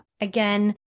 Again